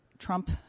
trump